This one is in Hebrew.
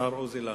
השר עוזי לנדאו,